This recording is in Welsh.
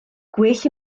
gwell